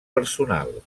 personal